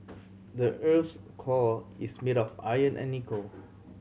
the earth's core is made of iron and nickel